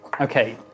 Okay